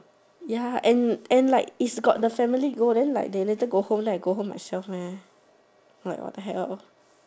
ya and and like if got the family go then like they later go home then I go home myself meh like what hell